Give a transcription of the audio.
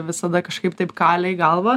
visada kažkaip taip kalė į galvą